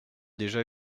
déjà